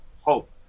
hope